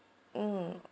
mm